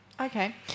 Okay